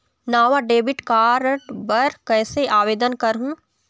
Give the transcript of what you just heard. नावा debit card बर कैसे आवेदन करहूं?